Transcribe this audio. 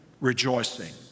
Rejoicing